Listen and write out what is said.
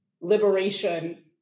liberation